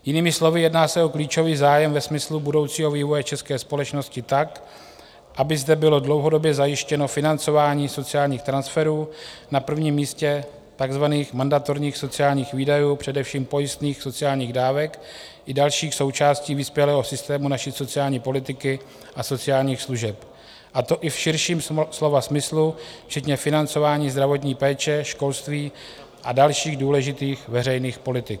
Jinými slovy, jedná se o klíčový zájem ve smyslu budoucího vývoje české společnosti tak, aby zde bylo dlouhodobě zajištěno financování sociálních transferů, na prvním místě takzvaných mandatorních sociálních výdajů, především pojistných sociálních dávek, i dalších součástí vyspělého systému naší sociální politiky a sociálních služeb, a to i v širším slova smyslu včetně financování zdravotní péče, školství a dalších důležitých veřejných politik.